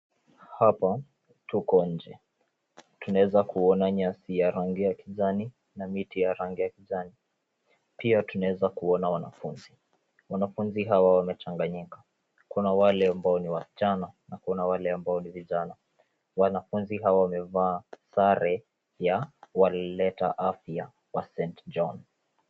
Hapa tuko nje tunaweza kuona nyasi ya rangi ya kijani na miti ya rangi ya kijani pia tunaweza kuona wanafunzi. Wanafunzi hawa wamechanganyika kuna wale ambao ni wasichana, na kuna wale ambao ni vijana. Wanafunzi hawa wamevaa sare ya walileta afya St John.